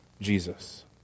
Jesus